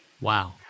Wow